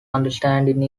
understanding